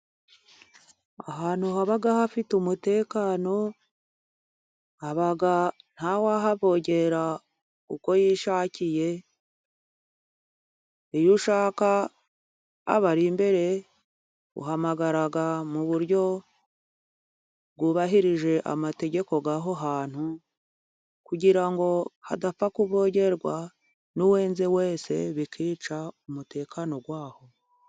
Ahantu haba hafite umutekano haba nta wahavogera uko yishakiye, iyo ushaka abari imbere uhamagara mu buryo bwubahirije amategeko y'aho hantu, kugira ngo hadapfa kuvogerwa n'uwenze wese bikica umutekano waho.